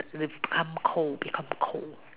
become cold become cold